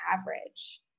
average